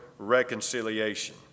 Reconciliation